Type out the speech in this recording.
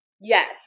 Yes